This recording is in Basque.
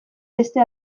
beste